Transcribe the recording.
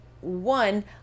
one